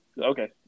Okay